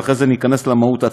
ואחרי זה ניכנס למהות.